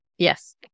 Yes